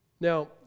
Now